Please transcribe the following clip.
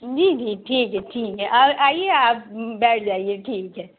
جی جی ٹھیک ہے ٹھیک ہے اور آئیے آپ بیٹھ جائیے ٹھیک ہے